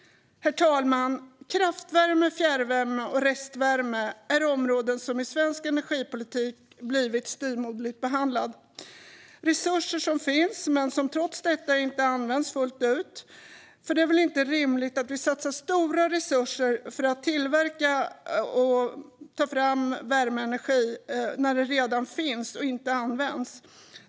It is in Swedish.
Herr talman! Kraftvärme, fjärrvärme och restvärme är områden som i svensk energipolitik blivit styvmoderligt behandlade. Det är resurser som finns men som trots detta inte används fullt ut. Det är inte rimligt att vi satsar stora resurser på att tillverka värmeenergi när det redan finns sådan som inte används.